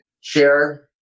share